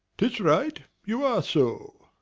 tis right, you are so.